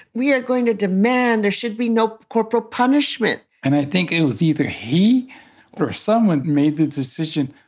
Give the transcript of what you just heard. we are going to demand there should be no corporal punishment and i think it was either he or someone made the decision,